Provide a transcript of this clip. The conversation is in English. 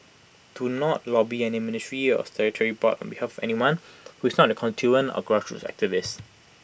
do not lobby any ministry or statutory board on behalf of anyone who is not your constituent or grassroots activist